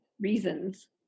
reasons